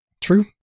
True